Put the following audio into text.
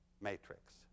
matrix